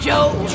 Joe